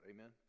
Amen